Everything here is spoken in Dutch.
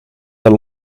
een